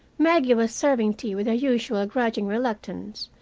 maggie was serving tea with her usual grudging reluctance,